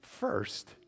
First